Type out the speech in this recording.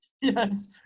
yes